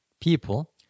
people